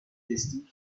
distant